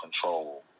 control